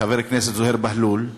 חבר כנסת זוהיר בהלול,